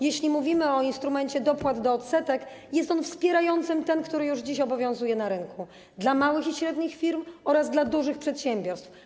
Jeśli mówimy o instrumencie dopłat do odsetek, jest on wspierającym ten, który już dziś obowiązuje na rynku - dla małych i średnich firm oraz dla dużych przedsiębiorstw.